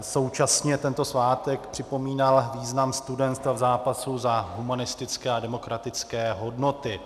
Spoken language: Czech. Současně tento svátek připomínal význam studentstva v zápasu za humanistické a demokratické hodnoty.